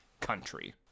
country